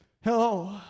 Hello